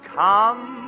come